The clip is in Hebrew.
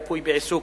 ריפוי בעיסוק,